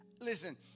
Listen